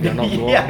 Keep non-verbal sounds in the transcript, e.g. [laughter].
[laughs] ya